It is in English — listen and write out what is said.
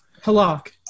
Halak